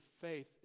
faith